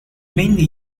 mainly